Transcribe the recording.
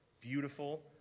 Beautiful